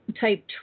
type